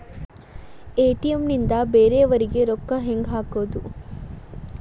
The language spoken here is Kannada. ಎ.ಟಿ.ಎಂ ನಿಂದ ಬೇರೆಯವರಿಗೆ ರೊಕ್ಕ ಹೆಂಗ್ ಹಾಕೋದು?